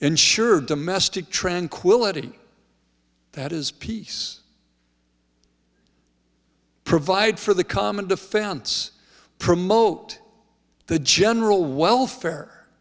insure domestic tranquility that is peace provide for the common defense promote the general welfare